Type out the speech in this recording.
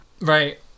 Right